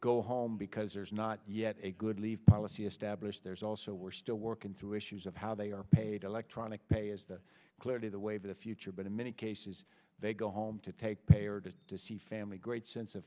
go home because there's not yet a good leave policy established there's also we're still working through issues of how they are paid electronic pay is that clearly the wave of the future but in many cases they go home to take care to see family great sense of